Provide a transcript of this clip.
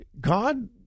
God